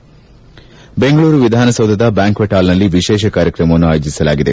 ದೆಂಗಳೂರು ವಿಧಾನಸೌಧದ ಬ್ಲಾಂಕ್ಷೆಟ್ ಹಾಲ್ನಲ್ಲಿ ವಿಶೇಷ ಕಾರ್ಯಕ್ರಮವನ್ನು ಆಯೋಜಿಸಲಾಗಿದೆ